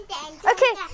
okay